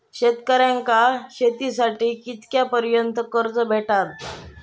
शेतकऱ्यांका शेतीसाठी कितक्या पर्यंत कर्ज भेटताला?